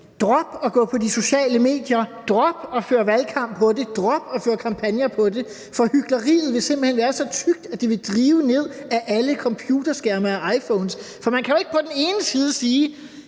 drop at gå på de sociale medier, drop at føre valgkamp på det, drop at føre kampagner på det, for hykleriet vil simpelt hen være så tykt, at det vil drive ned ad alle computerskærme og iPhones, for man kan jo ikke på den ene side sige,